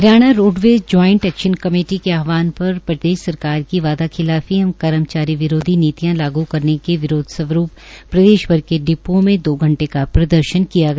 Haryana roadways joint action committee के आहवान पर प्रदेश सरकार की वादा खिलाफी एवं कर्मचारी विरोधी नीतियां लागू करने के विरोध रूवरूप प्रदेश भर के डिप्ओं में दो घंटे का प्रदर्शन किया गया